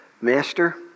Master